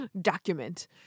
document